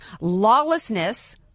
lawlessness